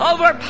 Over